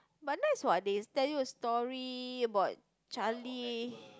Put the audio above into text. but nice what they tell you a story about Charlie